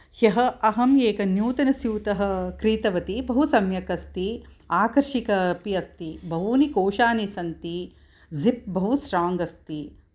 ह्यः अहं एक नूतनस्यूतः क्रीतवती बहु सम्यक् अस्ति आकर्षिक अपि अस्ति बहूनि कोशानि सन्ति ज़िप् बहु स्ट्राङ्ग् अस्ति